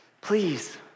Please